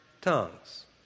tongues